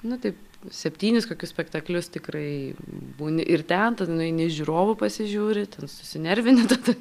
nu taip septynis kokius spektaklius tikrai būni ir ten tada nueini iš žiūrovų pasižiūri ten susinervini tada